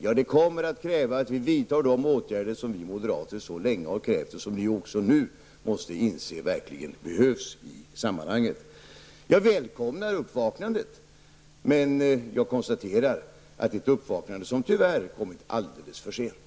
Ja, det kommer att kräva att vi vidtar de åtgärder som vi moderater så länge har krävt och som även ni nu måste inse verkligen behövs. Jag välkomnar uppvaknandet, men jag konstaterar att det är ett uppvaknande som tyvärr kommit alldeles för sent.